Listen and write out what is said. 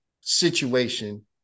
situation